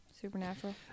Supernatural